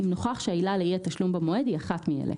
אם נוכח שהעילה לאי תשלום במועד היא אחת מאלה: